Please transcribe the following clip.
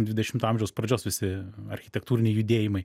dvidešimto amžiaus pradžios visi architektūriniai judėjimai